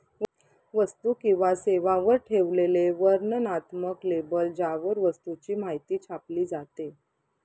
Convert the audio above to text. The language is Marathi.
वस्तू किंवा सेवांवर ठेवलेले वर्णनात्मक लेबल ज्यावर वस्तूची माहिती छापली जाते